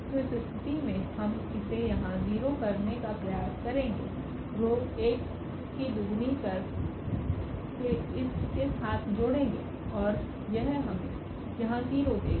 तो इस स्थिति में हम इसे यहाँ 0 करने का प्रयास करेंगे रो 1 को दोगुना कर के इसके साथ जोड़ेंगे और यह हमें यहाँ 0 देगा